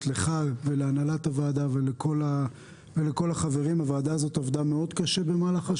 לך ולהנהלת הועדה ולכל החברים בוועדה,